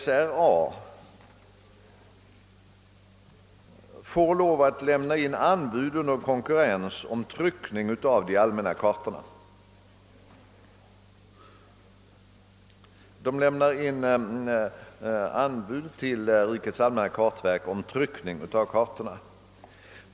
SRA lämnar under konkurrens in anbud till rikets allmänna kartverk om tryckning av kartorna.